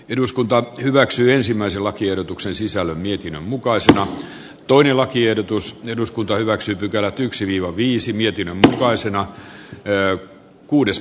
eduskunta hyväksyi ensimmäisen lakiehdotuksen sisällön jytinän mukaisilla tuore lakiehdotus eduskunta hyväksyi pykälät yksi viisi mietinnön mukaisena ja arvoisa puhemies